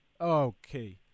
Okay